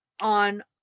on